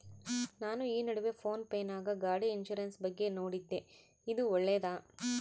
ನಾನು ಈ ನಡುವೆ ಫೋನ್ ಪೇ ನಾಗ ಗಾಡಿ ಇನ್ಸುರೆನ್ಸ್ ಬಗ್ಗೆ ನೋಡಿದ್ದೇ ಇದು ಒಳ್ಳೇದೇನಾ?